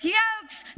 yokes